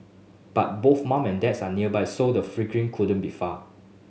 but both mum and dad are nearby so the fledgling couldn't be far